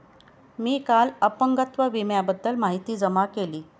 मी काल अपंगत्व विम्याबद्दल माहिती जमा केली